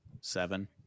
seven